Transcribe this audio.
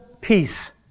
peace